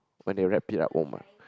when they wrap it up oh my